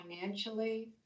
financially